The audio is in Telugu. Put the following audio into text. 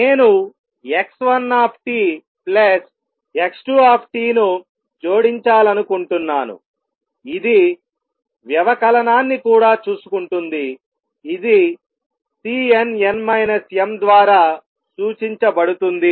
నేను x1 x2 ను జోడించాలనుకుంటున్నాను ఇది వ్యవకలనాన్ని కూడా చూసుకుంటుంది ఇది Cnn m ద్వారా సూచించబడుతుంది